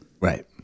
Right